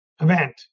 event